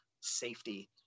safety